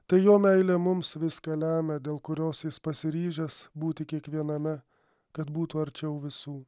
tai jo meilė mums viską lemia dėl kurios jis pasiryžęs būti kiekviename kad būtų arčiau visų